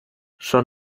son